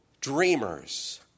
dreamers